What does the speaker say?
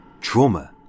trauma